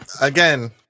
Again